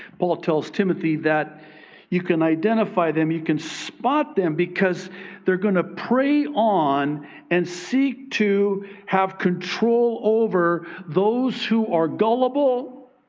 paul tells timothy that you can identify them. you can spot them because they're going to prey on and seek to have control over those who are gullible.